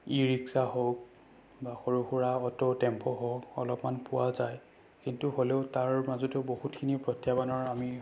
ই rickshaw হওক বা সৰু সুৰা অ'টো টেম্পু হওক অলপমান পোৱা যায় কিন্তু হ'লেও তাৰ মাজতো বহুতখিনি প্ৰত্যাহ্বানৰ আমি